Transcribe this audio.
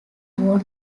worn